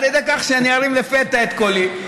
על ידי כך שאני ארים לפתע את קולי.